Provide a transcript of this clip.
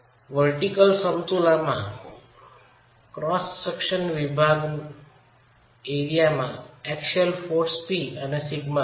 vertical સમતુલામાં cross વિભાગનો એરિયામાં એક્સિયલ બળ P એ σv છે